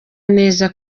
neza